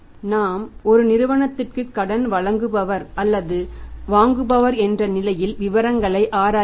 நாம் ஒரு நிறுவனத்திற்கு கடன் வழங்குபவர் அல்லது வாங்குபவர் என்ற நிலையில் விவரங்களை ஆராய வேண்டும்